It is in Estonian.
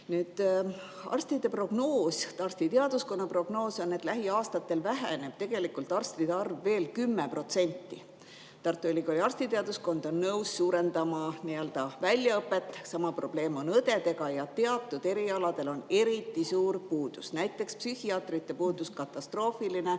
Arstide prognoos, arstiteaduskonna prognoos on, et lähiaastatel väheneb arstide arv veel 10%. Tartu Ülikooli arstiteaduskond on nõus suurendama väljaõpet. Sama probleem on õdedega. Teatud erialade puhul on eriti suur puudus: psühhiaatrite puudus on katastroofiline,